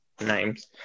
names